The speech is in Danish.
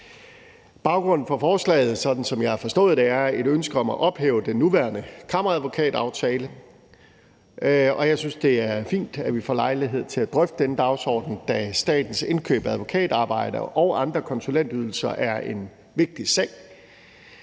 har forstået det, er et ønske om at ophæve den nuværende kammeradvokataftale, og jeg synes, det er fint, at vi får lejlighed til at drøfte den dagsorden, da statens indkøb af advokatarbejde og andre konsulentydelser er en vigtig sag.